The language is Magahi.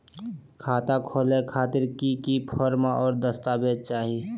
खाता खोले खातिर की की फॉर्म और दस्तावेज चाही?